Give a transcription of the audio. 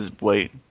Wait